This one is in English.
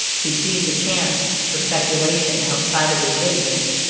he sees a chance for speculation outside of his business.